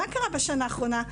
מה קרה בשנה האחרונה?